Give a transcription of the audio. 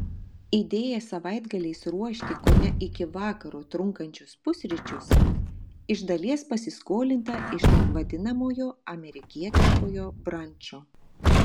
idėja savaitgaliais ruošti kone iki vakaro trunkančius pusryčius iš dalies pasiskolinta iš taip vadinamojo amerikietiškojo brančo